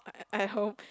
I hope